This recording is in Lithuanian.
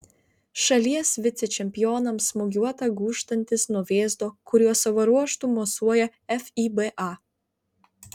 šalies vicečempionams smūgiuota gūžiantis nuo vėzdo kuriuo savo ruožtu mosuoja fiba